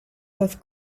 both